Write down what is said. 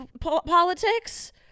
politics